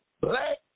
black